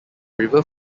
river